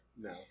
No